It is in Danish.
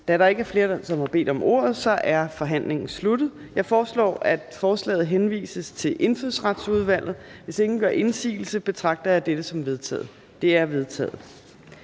Da der ikke er flere, som har bedt om ordet, er forhandlingen sluttet. Jeg foreslår, at forslaget henvises til Indfødsretsudvalget. Hvis ingen gør indsigelse, betragter jeg dette som vedtaget. Det er vedtaget.